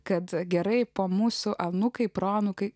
kad gerai po mūsų anūkai proanūkiai